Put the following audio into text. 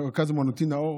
מרכז אומנותי נאור.